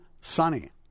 sunny